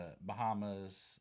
Bahamas